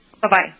Bye-bye